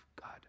God